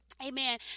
Amen